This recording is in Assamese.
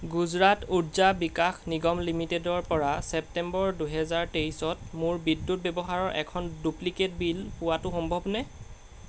গুজৰাট উৰ্জা বিকাশ নিগম লিমিটেডৰপৰা ছেপ্টেম্বৰ দুহেজাৰ তেইশত মোৰ বিদ্যুৎ ব্যৱহাৰৰ এখন ডুপ্লিকেট বিল পোৱাটো সম্ভৱনে